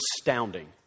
Astounding